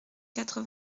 quatre